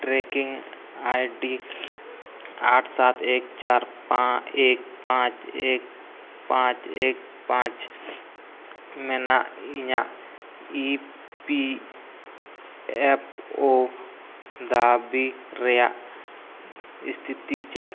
trekking I D ᱟᱴ ᱥᱟᱛ ᱮᱠ ᱪᱟᱨ ᱯᱟᱸᱪ ᱮᱠ ᱯᱟᱸᱪ ᱮᱠ ᱯᱟᱸᱪ ᱮᱠ ᱯᱟᱸᱪ ᱢᱮᱱᱟᱜ ᱤᱧᱟᱹᱜ ᱤ ᱯᱤ ᱮᱯᱷ ᱳ ᱫᱟᱵᱤ ᱨᱮᱭᱟᱜ ᱥᱛᱤᱛᱷᱤ ᱪᱮᱫ